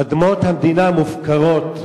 אדמות המדינה מופקרות,